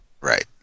Right